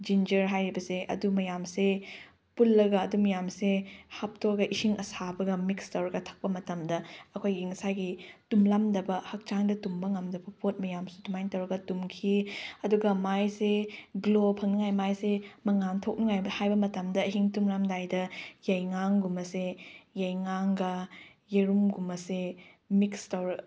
ginger ꯍꯥꯏꯔꯤꯕꯁꯦ ꯑꯗꯨ ꯃꯌꯥꯝꯁꯦ ꯄꯨꯜꯂꯒ ꯑꯗꯨ ꯃꯌꯥꯝꯁꯦ ꯍꯥꯞꯇꯣꯛꯑꯒ ꯏꯁꯤꯡ ꯑꯁꯥꯕꯒ ꯃꯤꯛꯁ ꯇꯧꯔꯒ ꯊꯛꯄ ꯃꯇꯝꯗ ꯑꯩꯈꯣꯏꯒꯤ ꯉꯁꯥꯏꯒꯤ ꯇꯨꯝꯂꯝꯗꯕ ꯍꯛꯆꯥꯡꯗ ꯇꯨꯝꯕ ꯉꯝꯗꯕ ꯄꯣꯠ ꯃꯌꯥꯝ ꯑꯗꯨꯃꯥꯏ ꯇꯧꯔꯒ ꯇꯨꯝꯈꯤ ꯑꯗꯨꯒ ꯃꯥꯏꯁꯦ ꯒ꯭ꯂꯣ ꯐꯪꯅꯤꯡꯉꯥꯏ ꯃꯥꯏꯁꯦ ꯃꯉꯥꯟ ꯊꯣꯛꯅꯤꯡꯉꯥꯏ ꯍꯥꯏꯕ ꯃꯇꯝꯗ ꯑꯍꯤꯡ ꯇꯨꯝꯂꯝꯗꯥꯏꯗ ꯌꯥꯏꯉꯪꯒꯨꯝꯕꯁꯦ ꯌꯥꯏꯉꯪꯒ ꯌꯦꯔꯨꯝꯒꯨꯝꯕꯁꯦ ꯃꯤꯛꯁ ꯇꯧꯔꯒ